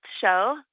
show